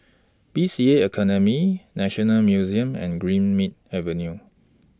B C A Academy National Museum and Greenmead Avenue